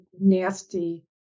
nasty